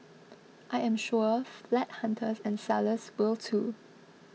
I am sure flat hunters and sellers will too